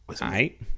right